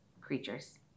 creatures